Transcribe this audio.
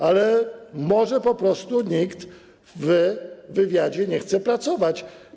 Ale może po prostu nikt w wywiadzie nie chce pracować.